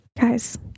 guys